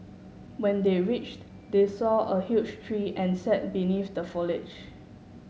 when they reached they saw a huge tree and sat beneath the foliage